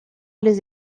les